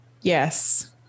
Yes